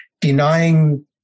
denying